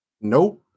Nope